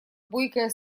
бойкая